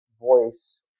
voice